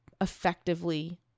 effectively